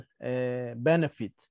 benefit